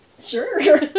Sure